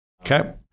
Okay